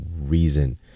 reason